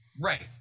Right